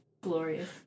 glorious